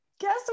guess